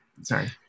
Sorry